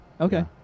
Okay